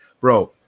Bro